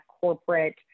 corporate